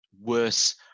worse